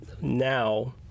now